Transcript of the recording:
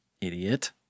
Idiot